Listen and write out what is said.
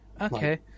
Okay